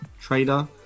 trader